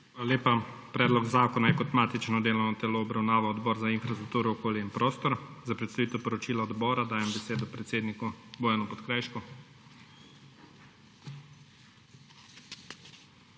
lepa. Predlog zakona je kot matično delovno telo obravnaval Odbor za infrastrukturo, okolje in prostor. Za predstavitev poročila odbora dajem besedo predsedniku Bojanu Podkrajšku.